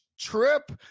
trip